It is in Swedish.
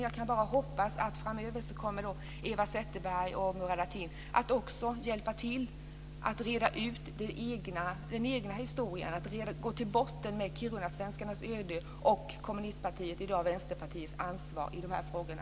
Jag hoppas att Eva Zetterberg och Murad Artin framöver kommer att hjälpa till att reda ut den egna historien och gå till botten med kirunasvenskarnas öde och kommunistpartiets, i dag Vänsterpartiets, ansvar i de här frågorna.